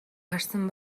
харсан